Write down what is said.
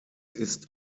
ist